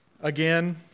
Again